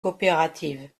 coopératives